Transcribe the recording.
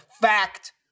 Fact